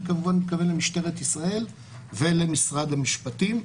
אני כמובן מתכוון למשטרת ישראל ולמשרד המשפטים.